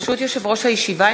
ברשות יושב-ראש הישיבה,